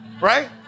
right